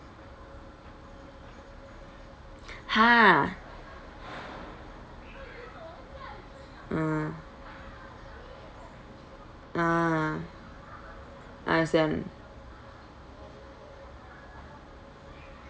!huh! mm ah understand